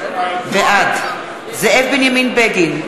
בעד זאב בנימין בגין,